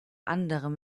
anderem